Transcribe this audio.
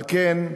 על כן,